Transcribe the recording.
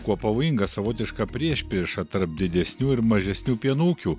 kuo pavojinga savotiška priešprieša tarp didesnių ir mažesnių pieno ūkių